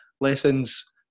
lessons